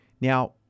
Now